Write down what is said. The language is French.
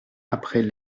après